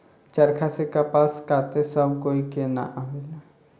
चरखा से कपास काते सब कोई के ना आवेला